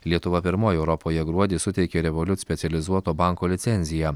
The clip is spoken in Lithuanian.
lietuva pirmoji europoje gruodį suteikė revolut specializuoto banko licenziją